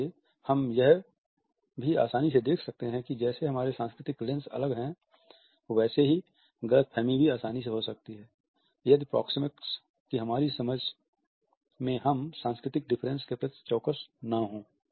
इसलिए हम यह भी आसानी से देख सकते हैं कि जैसे हमारे सांस्कृतिक लेंस अलग हैं वैसे ही ग़लतफहमी भी आसानी से हो सकती है यदि प्रोक्सेमिक्स की हमारी समझ में हम सांस्कृतिक डिफरेंसेस के प्रति चौकस न हों